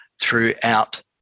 throughout